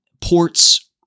ports